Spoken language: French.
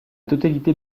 totalité